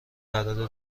قراره